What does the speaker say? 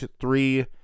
three